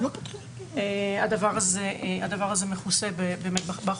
הדבר הזה מכוסה בחוק.